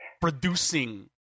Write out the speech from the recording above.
producing